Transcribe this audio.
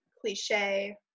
cliche